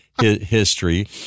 history